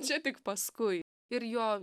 čia tik paskui ir jo